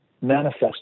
manifest